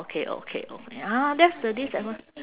okay okay o~ ya that's the disadvant~